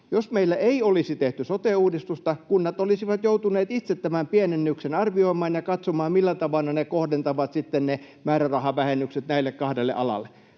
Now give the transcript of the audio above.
Jos meillä ei olisi tehty sote-uudistusta, kunnat olisivat joutuneet itse tämän pienennyksen arvioimaan ja katsomaan, millä tavalla ne sitten kohdentavat ne määrärahavähennykset näille kahdelle alalle.